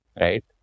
right